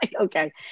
okay